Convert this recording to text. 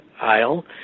aisle